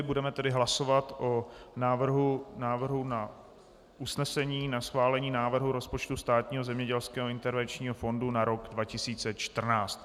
Budeme tedy hlasovat o návrhu usnesení na schválení návrhu rozpočtu Státního zemědělského intervenčního fondu na rok 2014.